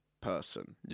person